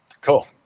Cool